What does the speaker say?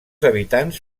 habitants